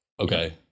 Okay